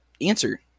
answer